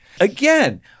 Again